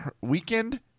Weekend